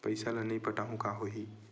पईसा ल नई पटाहूँ का होही?